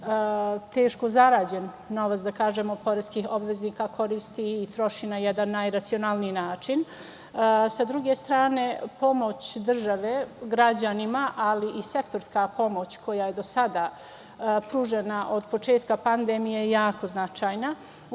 teško zarađen novac poreskih obveznika koristi i troši na jedan najracionalniji način. Sa druge strane, pomoć države građanima, ali i sektorska pomoć koja je do sada pružena od početka pandemije je jako značajna.